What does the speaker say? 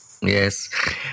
Yes